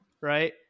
right